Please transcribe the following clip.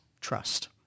trust